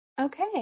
Okay